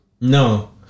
No